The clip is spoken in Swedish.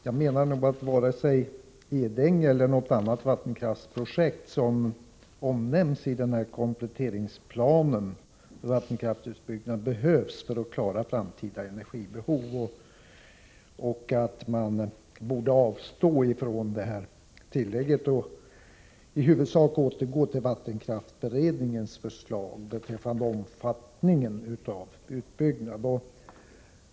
Jag menar att varken Edänge eller något annat vattenkraftsprojekt som omnämns i kompletteringsplanen för vattenkraftsutbyggnad behövs för att klara det framtida energibehovet. Man borde avstå från detta tillägg och i huvudsak återgå till vattenkraftsberedningens förslag beträffande omfattningen av utbyggnaden.